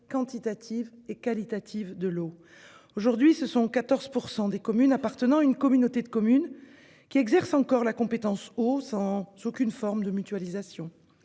quantitative et qualitative de l'eau ? Aujourd'hui, 14 % des communes appartenant à une communauté de communes exercent encore la compétence eau sans aucune forme de mutualisation.